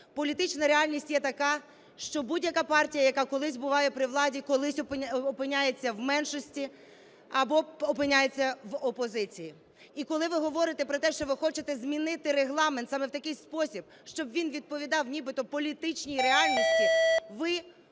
Політична реальність є така, що будь-яка партія, яка колись буває при владі, колись опиняється в меншості або опиняється в опозиції. І коли ви говорите про те, що ви хочете змінити Регламент саме в такий спосіб, щоб він відповідав нібито політичній реальності, ви хочете,